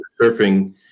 surfing